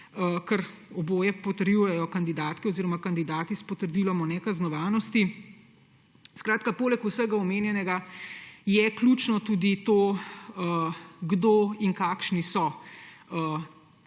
kar oboje potrjujejo kandidatke oziroma kandidati s potrdilom o nekaznovanosti. Poleg vsega omenjenega je ključno tudi to, kdo in kakšni so